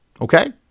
Okay